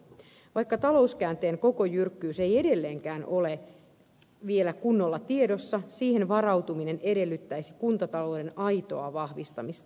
vaikka talouskäänteen koko jyrkkyys ei edelleenkään ole vielä kunnolla tiedossa siihen varautuminen edellyttäisi kuntatalouden aitoa vahvistamista